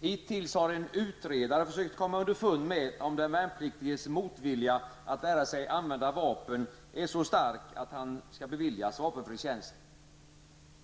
Hittills har en utredare försökt komma underfund med om den värnpliktiges motvilja mot att lära sig använda vapen är så stark att han skall beviljas vapenfri tjänst.